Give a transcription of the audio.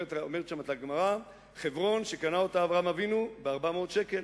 אומרת שם הגמרא: חברון שקנה אותה אברהם אבינו ב-400 שקל,